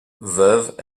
veuve